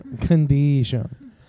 Condition